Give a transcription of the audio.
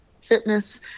fitness